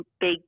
big